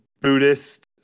Buddhist